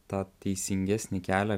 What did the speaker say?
tą teisingesnį kelią